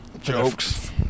jokes